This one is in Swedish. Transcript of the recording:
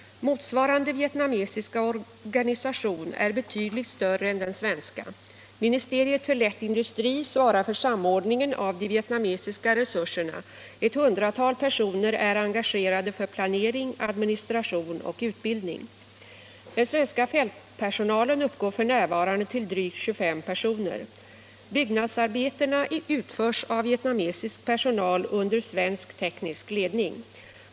Motsvarande vietnamesiska organisation är betydligt större än den svenska. Ministeriet för lätt industri svarar för samordningen av de vietnamesiska resurserna. Ett hundratal personer är engagerade för planering, administration och utbildning. Den svenska fältpersonalen uppgår f.n. till drygt 25 personer. Byggnadsarbetena utförs av vietnamesisk personal under svensk teknisk ledning.